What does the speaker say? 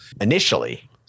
initially